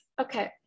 okay